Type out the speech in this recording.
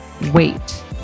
wait